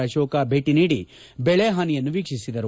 ಅಶೋಕ್ ಭೇಟಿ ನೀಡಿ ಬೆಳೆ ಪಾನಿಯನ್ನು ವೀಕ್ಷಿಸಿದರು